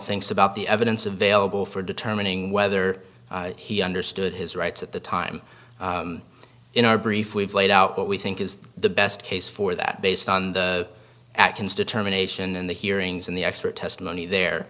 thinks about the evidence available for determining whether he understood his rights at the time in our brief we've laid out what we think is the best case for that based on the actions determination and the hearings and the expert testimony there